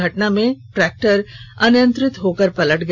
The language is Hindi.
घटना में ट्रैक्टर अनियंत्रित होकर पलट गया